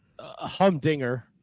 humdinger